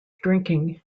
drinking